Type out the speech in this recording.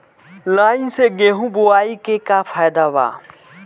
Line से गेहूं बोआई के का फायदा बा?